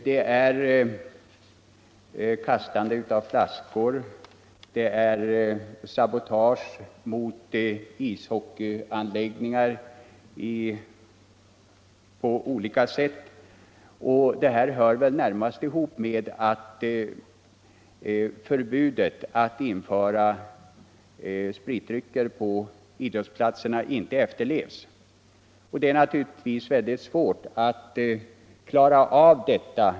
Vid ishockeymatcher t.ex. kastas det flaskor och görs olika slags sabotage, vilket väl närmast hör ihop med att förbudet att införa spritdrycker på idrottsplatserna inte efterlevs. Det är naturligtvis svårt att klara av detta.